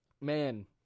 man